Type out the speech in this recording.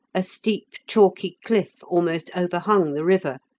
a steep chalky cliff almost overhung the river,